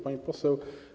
Pani Poseł!